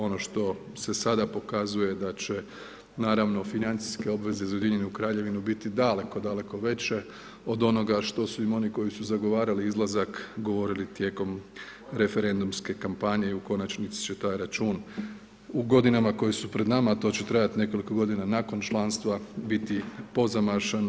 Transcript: Ono što se sada pokazuje da će naravno financijske obveze za Ujedinjenu Kraljevinu biti daleko, daleko veće od onoga što su im oni koji su zagovarali izlazak govorili tijekom referendumske kampanje i u konačnici će taj račun u godinama koje su pred nama a to će trajati nekoliko godina nakon članstva biti pozamašan.